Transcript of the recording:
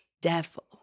devil